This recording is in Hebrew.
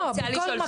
לא, בכל מקום.